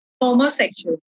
homosexual